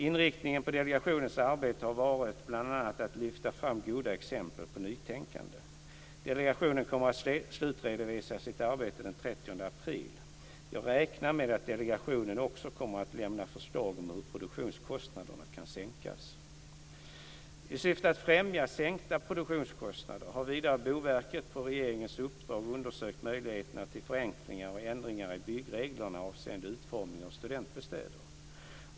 Inriktningen på delegationens arbete har varit att bl.a. lyfta fram goda exempel på nytänkande. Delegationen kommer att slutredovisa sitt arbete den 30 april. Jag räknar med att delegationen också kommer att lämna förslag om hur produktionskostnaderna kan sänkas. I syfte att främja sänkta produktionskostnader har vidare Boverket på regeringens uppdrag undersökt möjligheterna till förenklingar och ändringar i byggreglerna avseende utformningen av studentbostäder.